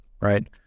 right